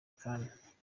kone